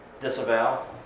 disavow